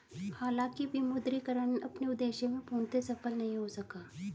हालांकि विमुद्रीकरण अपने उद्देश्य में पूर्णतः सफल नहीं हो सका